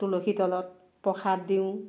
তুলসীৰ তলত প্ৰসাদ দিওঁ